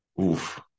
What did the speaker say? Oof